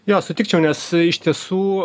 jo sutikčiau nes iš tiesų